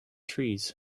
trees